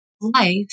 life